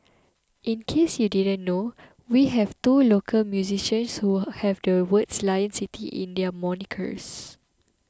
in case you didn't know we have two local musicians who have the words 'Lion City' in their monikers